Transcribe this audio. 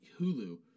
Hulu